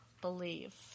believe